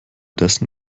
dessen